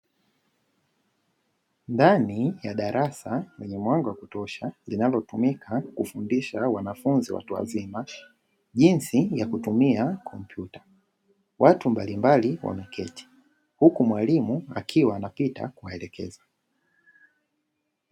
Ndani ya darasa lenye mwanga wa kutosha linalotumika kufundishia wanafunzi watu wazima jinsi ya kutumia kompyuta, watu mbalimbali wameketi huku mwalimu akiwa anapita kuwaelekeza.